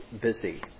busy